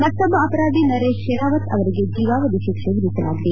ಮತ್ತೊಬ್ಬ ಅಪರಾಧಿ ನರೇಶ್ ಶೆರಾವತ್ ಅವರಿಗೆ ಜೀವಾವಧಿ ಶಿಕ್ಷೆ ವಿಧಿಸಲಾಗಿದೆ